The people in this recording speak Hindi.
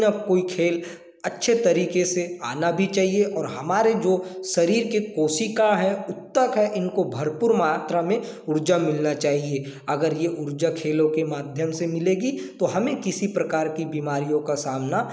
अच्छे तरीके से आना भी चाहिए और हमारे जो शरीर की कोशिका है ऊतक है इनको भरपूर मात्रा में ऊर्जा मिलना चाहिए अगर ये ऊर्जा खेलो के माध्यम से मिलेगी तो हमें किसी प्रकार की बीमारियों का सामना नहीं करना पड़ेगा